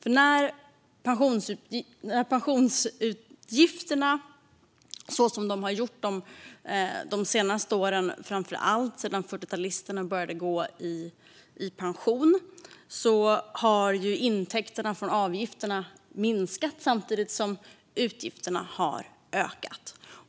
Under de senaste decennierna, framför allt sedan 40-talisterna började gå i pension, har intäkterna från avgifterna minskat samtidigt som utgifterna har ökat.